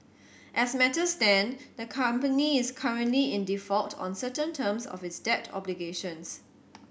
as matters stand the company is currently in default on certain terms of its debt obligations